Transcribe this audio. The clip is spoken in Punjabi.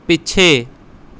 ਪਿੱਛੇ